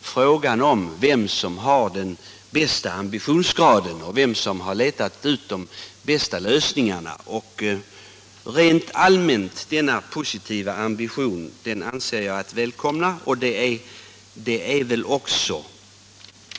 frågan vem som har den högsta ambitionsgraden och har letat fram de bästa lösningarna. Den rent allmänt positiva reaktionen välkomnar jag.